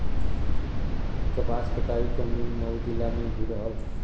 कपास कटाई क मिल मऊ जिला में भी रहल